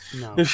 No